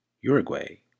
Uruguay